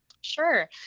Sure